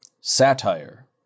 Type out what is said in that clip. Satire